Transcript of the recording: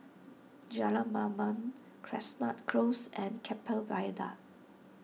Jalan Mamam Chestnut Close and Keppel Viaduct